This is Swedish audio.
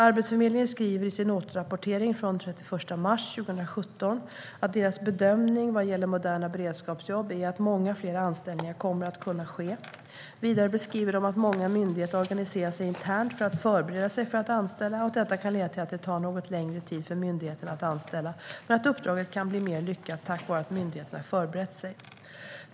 Arbetsförmedlingen skriver i sin återrapportering från den 31 mars 2017 att deras bedömning vad gäller moderna beredskapsjobb är att många fler anställningar kommer att kunna ske. Vidare beskriver de att många myndigheter organiserar sig internt för att förbereda sig för att anställa och att detta kan leda till att det tar något längre tid för myndigheterna att anställa, men att uppdraget kan bli mer lyckat tack vare att myndigheterna förberett sig.